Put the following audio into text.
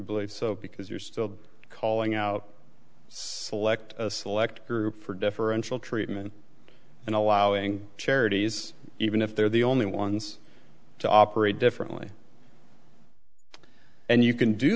believe believe so because you're still calling out select a select group for differential treatment and allowing charities even if they're the only ones to operate differently and you can do